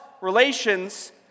relations